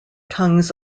tongues